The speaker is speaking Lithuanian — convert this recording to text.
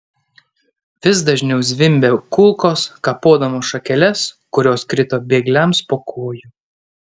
vis dažniau zvimbė kulkos kapodamos šakeles kurios krito bėgliams po kojų